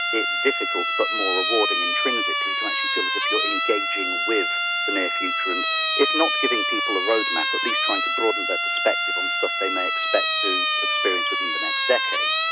it's difficult but more rewarding intrinsically to actually feel as if you're engaging with the near future, and if not giving people a road map, at least trying to broaden their perspective on stuff they may expect to experience within the next decade.